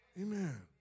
Amen